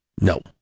No